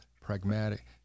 pragmatic